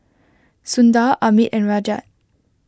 Sundar Amit and Rajat